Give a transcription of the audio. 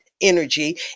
energy